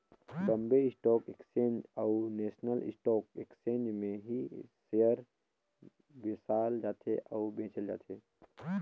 Bombay stock exchange अउ national stock exchange में ही सेयर बेसाल जाथे अउ बेंचल जाथे